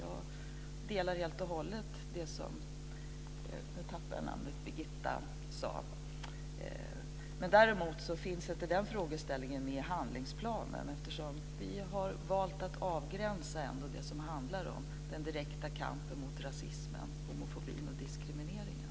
Jag delar helt och hållet Birgittas åsikter, men den frågan finns inte med i handlingsplanen. Vi har valt att avgränsa det som handlar om den direkta kampen mot rasismen, homofobin och diskrimineringen.